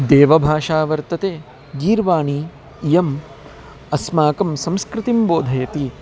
देवभाषा वर्तते गीर्वाणी इयम् अस्माकं संस्कृतिं बोधयति